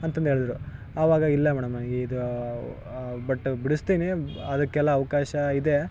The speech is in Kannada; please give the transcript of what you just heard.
ಅಂತಂದೇಳಿದ್ರು ಆವಾಗ ಇಲ್ಲ ಮೇಡಮ್ ನನಗೆ ಇದು ಬಟ್ ಬಿಡಿಸ್ತೀನಿ ಅದಕ್ಕೆಲ್ಲ ಅವಕಾಶ ಇದೆ